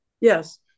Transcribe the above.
Yes